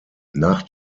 nach